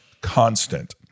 constant